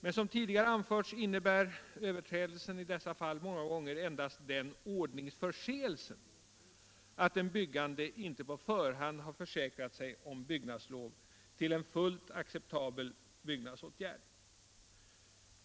Men som tidigare anförts innebär överträdelsen i dessa fall många gånger endast den ordningsförseelsen, att den byggande inte "på förhand har försäkrat sig om byggnadslov till en fullt acceptabel byggnadsåtgärd.